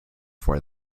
for